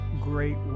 great